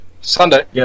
Sunday